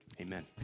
amen